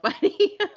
funny